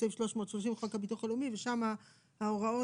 לסעיף 330 לחוק הביטוח הלאומי ושם יש את ההוראות.